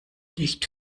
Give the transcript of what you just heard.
nicht